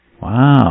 Wow